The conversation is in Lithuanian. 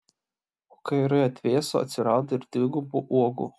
o kai orai atvėso atsirado ir dvigubų uogų